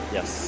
Yes